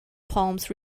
palms